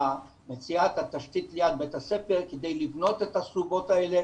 מציאת התשתית ליד בית הספר כדי לבנות את הסובות האלה,